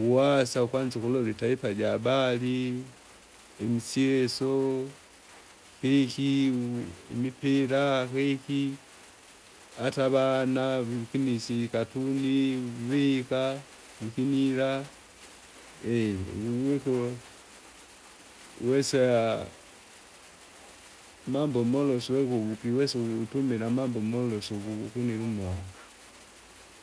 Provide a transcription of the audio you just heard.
Uwasa ukwana ukulova itarifa jahabari, imisyeso, kiki, uvu- imipira heki, ata avana vikinisa ikatuni, vika, vikinila wuvika, uwesa, mambo molosu wege ukiwesa uwutumila mamabo molosu uku- ukunila.